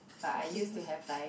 but I used to have like